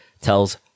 tells